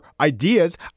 ideas